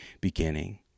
beginning